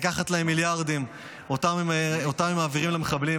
לקחת להם מיליארדים שאותם הם מעבירים למחבלים.